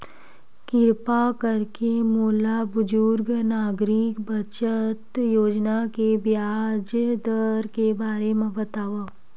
किरपा करके मोला बुजुर्ग नागरिक बचत योजना के ब्याज दर के बारे मा बतावव